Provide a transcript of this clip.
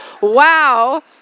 wow